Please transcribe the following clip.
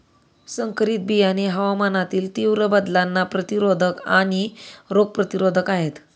संकरित बियाणे हवामानातील तीव्र बदलांना प्रतिरोधक आणि रोग प्रतिरोधक आहेत